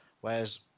Whereas